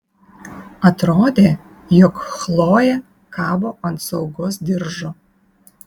atrodė jog chlojė kabo ant saugos diržo